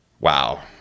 Wow